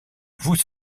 vous